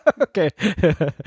Okay